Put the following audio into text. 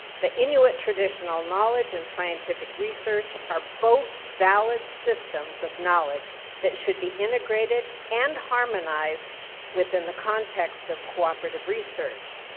the inuit traditional knowledge and scientific research are both valid systems of knowledge that should be integrated and harmonized within the context of cooperative research.